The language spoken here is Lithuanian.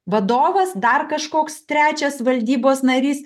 vadovas dar kažkoks trečias valdybos narys